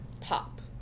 pop